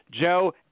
Joe